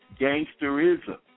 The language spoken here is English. gangsterism